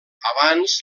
abans